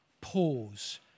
pause